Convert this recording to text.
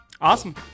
Awesome